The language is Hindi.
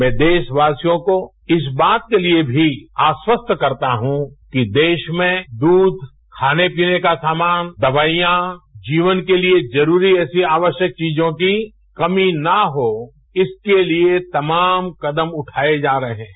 मैं देशवासियों को इस बात के लिये भी आश्वस्त करता हूं कि देश में दूध खानेपीने का सामान दवाईयां जीवन के लिये जरूरी आवश्यक चीजों की कमी ना हो इसके लिये तमाम कदम उठाये जा रहे हैं